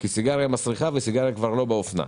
כי סיגריה מסריחה וכבר לא באופנה.